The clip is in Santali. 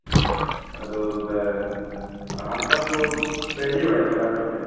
ᱟᱪ ᱪᱷᱟ ᱟᱫᱚᱦᱟᱸᱥᱯᱟᱛᱟᱞ ᱠᱚ ᱯᱮ ᱤᱫᱤ ᱵᱟᱲᱟᱭᱮᱫ ᱠᱚᱣᱟ ᱰᱟᱠᱴᱚᱨ ᱴᱷᱮᱡ